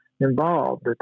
involved